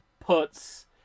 puts